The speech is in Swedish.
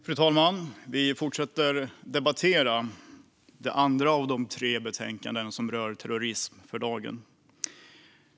Fru talman! Vi fortsätter att debattera det andra av de tre betänkanden för dagen som rör terrorism.